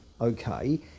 okay